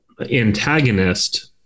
antagonist